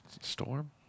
storm